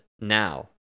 now